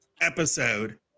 episode